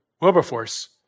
Wilberforce